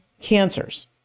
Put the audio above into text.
cancers